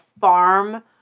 farm